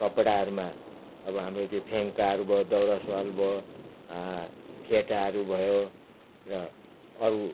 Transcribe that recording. कपडाहरूमा अब हाम्रो त्यो फेङ्गाहरू भयो दौरा सुरुवाल भयो फेटाहरू भयो र अरू